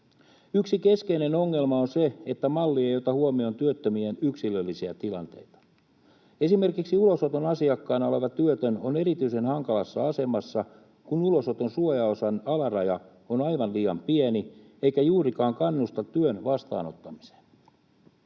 Yksi keskeinen ongelma on se, että malli ei ota huomioon työttömien yksilöllisiä tilanteita. Esimerkiksi ulosoton asiakkaana oleva työtön on erityisen hankalassa asemassa, kun ulosoton suojaosan alaraja on aivan liian pieni eikä juurikaan kannusta työn vastaanottamiseen.